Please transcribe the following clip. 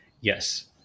Yes